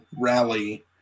rally